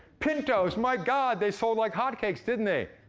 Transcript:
pintos my god, they sold like hotcakes, didn't they?